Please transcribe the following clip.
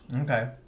Okay